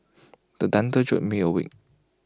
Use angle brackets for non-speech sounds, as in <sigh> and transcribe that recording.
<noise> the thunder jolt me awake